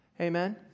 Amen